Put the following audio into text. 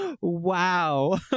Wow